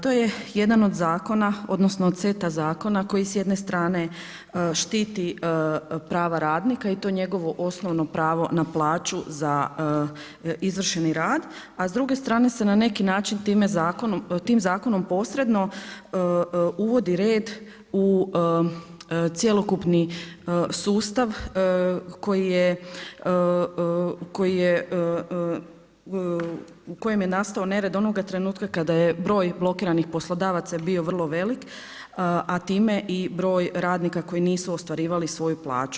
To je jedan od zakona odnosno od seta zakona koji s jedne strane štiti prava radnika i to njegovo osnovno pravo na plaću za izvršeni rad, a s druge strane se na neki način tim zakonom posredno uvodi red u cjelokupni sustav u kojem je nastao nered onoga trenutka kada je broj blokiranih poslodavaca bio vrlo velik, a time i broj radnika koji nisu ostvarivali svoju plaću.